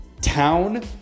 town